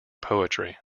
poetry